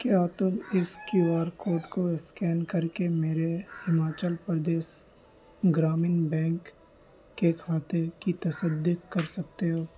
کیا تم اس کیو آر کوڈ کو اسکین کر کے میرے ہماچل پردیش گرامین بینک کے کھاتے کی تصدیق کر سکتے ہو